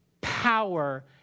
power